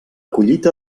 collita